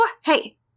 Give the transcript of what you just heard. Hey